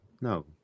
No